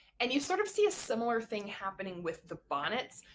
and you sort of see a similar thing happening with the bonnets.